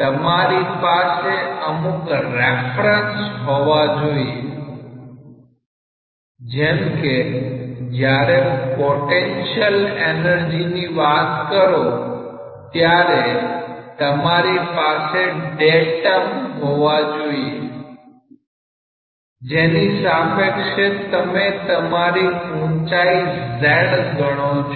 તમારી પાસે અમુક રેફરન્સ હોવા જોઈએ જેમ કે જયારે પોટેન્શીયલ એનર્જી ની વાત કરો ત્યારે તમારી પાસે ડેટમ બેઝ હોવો જોઈએ જેની સાપેક્ષે તમે તમારી ઊંચાઈ z ગણો છો